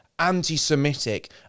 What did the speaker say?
anti-Semitic